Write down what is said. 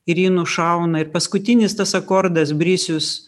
ir jį nušauna ir paskutinis tas akordas brisius